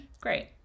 great